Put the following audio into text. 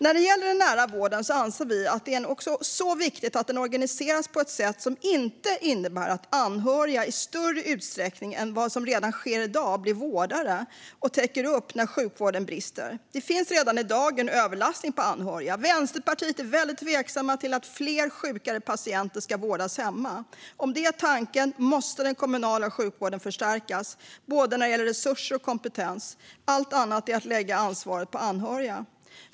När det gäller den nära vården anser vi att det är så viktigt att den organiseras på ett sätt som inte innebär att anhöriga i större utsträckning än vad som sker i dag blir vårdare och täcker upp när sjukvården brister. Det finns redan i dag en överlastning på anhöriga. Vänsterpartiet är mycket tveksamt till att fler sjukare patienter ska vårdas hemma. Om det är tanken måste den kommunala sjukvården förstärkas, både med resurser och med kompetens. Allt annat är att lägga ansvaret på anhöriga.